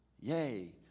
yay